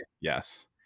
Yes